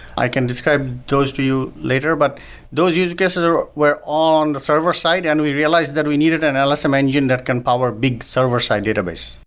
i can describe those to you later but those use cases were all on the server-side and we realized that we needed an ah lsm engine that can power big server-side database.